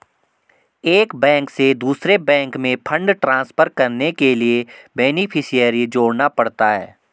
एक बैंक से दूसरे बैंक में फण्ड ट्रांसफर करने के लिए बेनेफिसियरी जोड़ना पड़ता है